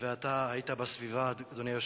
שאני מאוד מודה לו על ארגון היום הזה,